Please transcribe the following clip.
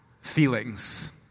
feelings